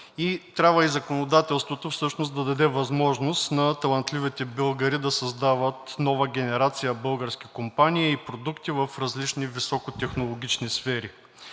трябва и законодателството да даде възможност на талантливите българи да създават нова генерация български компании и продукти в различни високотехнологични сфери.